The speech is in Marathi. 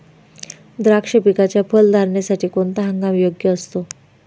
द्राक्ष पिकाच्या फलधारणेसाठी कोणता हंगाम योग्य असतो?